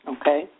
Okay